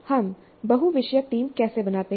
हम बहु विषयक टीम कैसे बनाते हैं